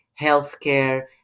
healthcare